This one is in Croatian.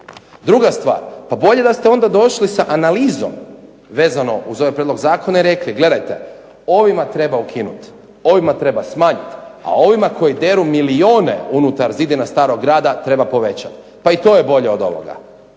Druga stvar, pa bolje da ste onda došli sa analizom vezano uz ovaj prijedlog zakona i rekli gledajte ovima treba ukinuti, ovima treba smanjiti, a ovima koji deru milijune unutar zidina starog grada treba povećati. Pa i to je bolje od ovoga.